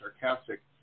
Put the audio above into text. sarcastic